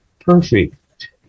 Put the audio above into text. perfect